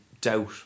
Doubt